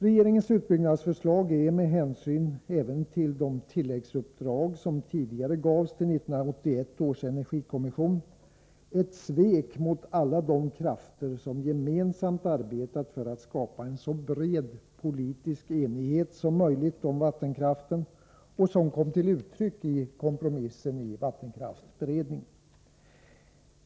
Regeringens utbyggnadsförslag är, med hänsyn även till de tilläggsuppdrag som tidigare gavs till 1981 års energikommission, ett svek mot alla de krafter som gemensamt arbetat för att skapa en så bred politisk enighet som möjligt om vattenkraften och som kom till uttryck i kompromissen i vattenkraftsberedningen.